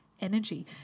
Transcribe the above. energy